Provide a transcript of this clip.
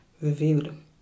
reviewed